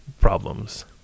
problems